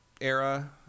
era